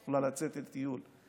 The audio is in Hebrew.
היא תוכל לצאת לטיול,